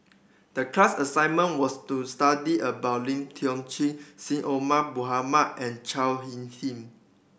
the class assignment was to study about Lim Tiong Ghee Syed Omar Mohamed and Chao Hick Sin